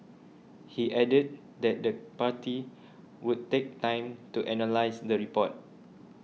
he added that the party would take time to analyse the report